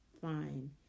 fine